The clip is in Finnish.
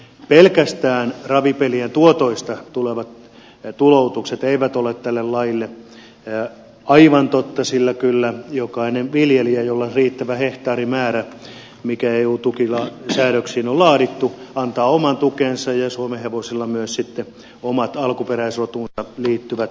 pelkästään ravipelien tuotoista tulevat tuloutukset eivät ole tälle lajille aivan totta sillä kyllä jokainen viljelijä jolla on riittävä hehtaarimäärä mikä eu tukisäädöksiin on laadittu saa oman tukensa ja suomenhevosilla on sitten myös omat alkuperäisrotuunsa liittyvät tuet